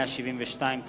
172),